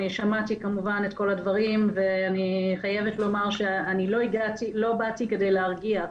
אני שמעתי כמובן את כל הדברים ואני חייבת לומר שאני לא באתי כדי להרגיע.